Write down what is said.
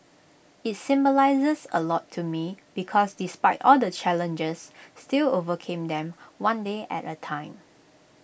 IT symbolises A lot to me because despite all the challenges still overcame them one day at A time